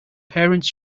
parents